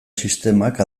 sistemak